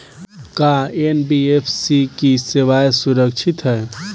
का एन.बी.एफ.सी की सेवायें सुरक्षित है?